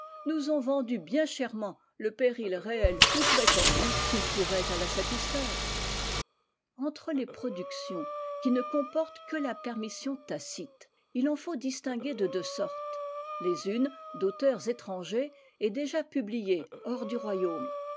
nous ont vendu bien chèrement le péril réel ou prétendu qu'ils couraient à la satisfaire entre les productions qui ne comportent que la permission tacite il en faut distinguer de deux sortes les unes d'auteurs étrangers et déjà publiées hors du royaume